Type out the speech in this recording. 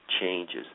changes